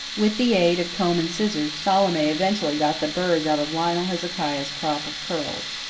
with the aid of comb and scissors, salome eventually got the burrs out of lionel hezekiah's crop of curls.